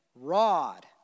rod